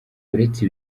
uretse